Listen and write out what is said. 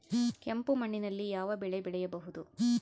ಕೆಂಪು ಮಣ್ಣಿನಲ್ಲಿ ಯಾವ ಬೆಳೆ ಬೆಳೆಯಬಹುದು?